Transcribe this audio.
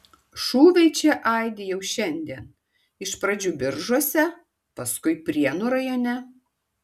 šūviai čia aidi jau šiandien iš pradžių biržuose paskui prienų rajone